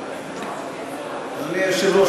אדוני היושב-ראש,